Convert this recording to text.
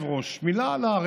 אני